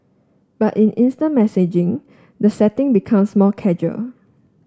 but in instant messaging the setting becomes more casual